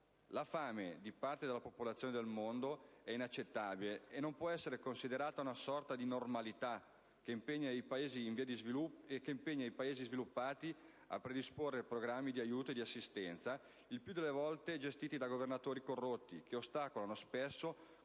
La fame di parte della popolazione del mondo è inaccettabile e non può essere considerata una sorta di normalità che impegna i Paesi sviluppati a predisporre programmi di aiuto e di assistenza, il più delle volte gestiti da governanti corrotti che ostacolano spesso